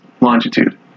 longitude